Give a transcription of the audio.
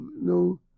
no